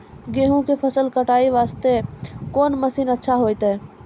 गेहूँ के फसल कटाई वास्ते कोंन मसीन अच्छा होइतै?